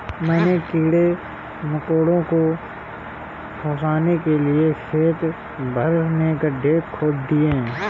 मैंने कीड़े मकोड़ों को फसाने के लिए खेत भर में गड्ढे खोद दिए हैं